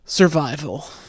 survival